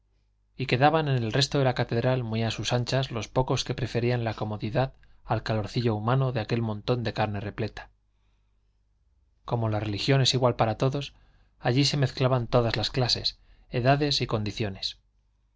y quedaban en el resto de la catedral muy a sus anchas los pocos que preferían la comodidad al calorcillo humano de aquel montón de carne repleta como la religión es igual para todos allí se mezclaban todas las clases edades y condiciones